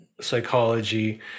psychology